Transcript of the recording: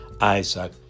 Isaac